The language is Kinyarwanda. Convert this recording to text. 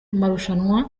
marushanwa